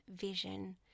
vision